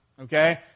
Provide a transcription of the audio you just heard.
Okay